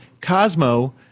Cosmo